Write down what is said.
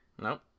Nope